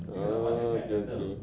oh okay okay